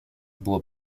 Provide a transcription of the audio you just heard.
było